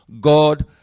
God